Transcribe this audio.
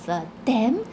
uh them